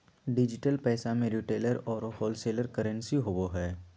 digital पैसा में retailer औरो होलसेलर करंसी होवो हइ